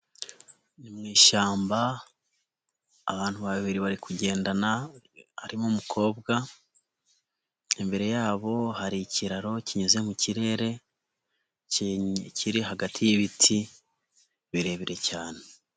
Ni mu ishyamba, abantu babiri bari kugendana, harimo umukobwa, imbere yabo hari ikiraro kinyuze mu kirere kiri hagati y'ibiti birebire cyane.